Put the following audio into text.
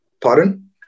pardon